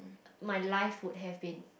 my life would have been